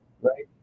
right